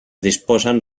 disposen